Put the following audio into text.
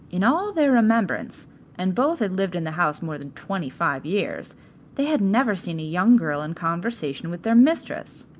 in all their remembrance and both had lived in the house more than twenty-five years they had never seen a young girl in conversation with their mistress.